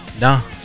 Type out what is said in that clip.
No